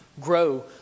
grow